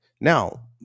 Now